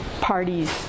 parties